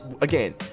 again